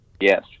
yes